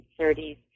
1930s